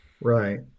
Right